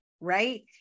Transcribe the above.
right